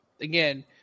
again